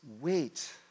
wait